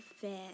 fair